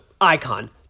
icon